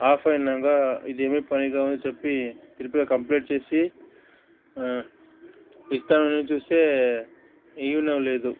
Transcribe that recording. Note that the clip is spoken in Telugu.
ఆఫ్ అయినాక ఇదేమి పని కాదని చెప్పి దీని మీద కంప్లైంట్ చేసి ఇస్తామని చూస్తే ఇవ్వనం లేదు